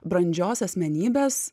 brandžios asmenybės